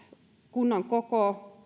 kunnan koko